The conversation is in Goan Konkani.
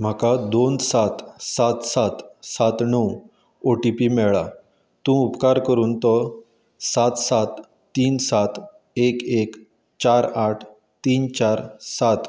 म्हाका दोन सात सात सात सात णव ओ टी पी मेळ्ळा तूं उपकार करून तो सात सात तीन सात एक एक चार आठ तीन चार सात